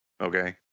okay